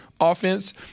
offense